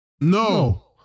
No